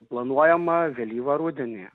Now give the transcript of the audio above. planuojama vėlyvą rudenį